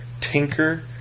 Tinker